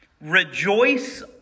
Rejoice